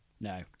No